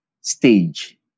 stage